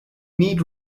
need